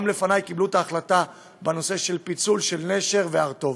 גם לפנַי קיבלו את ההחלטה בנושא של פיצול של נשר והר טוב.